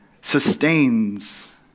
sustains